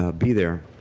ah be there